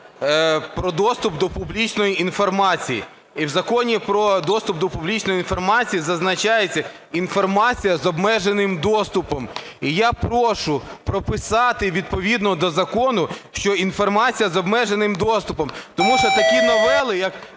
"Про доступ до публічної інформації", і в Законі "Про доступ до публічної інформації" зазначається: інформація з обмеженим доступом. І я прошу прописати відповідно до закону, що "інформація з обмеженим доступом", тому що такі новели, як